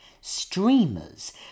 Streamers